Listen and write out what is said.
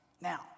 Now